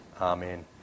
Amen